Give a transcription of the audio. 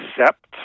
accept